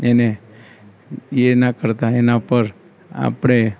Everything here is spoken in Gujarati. એને એના કરતાં એના પર આપણે